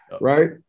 right